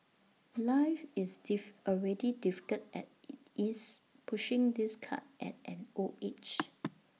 life is diff already difficult as IT is pushing this cart at an old age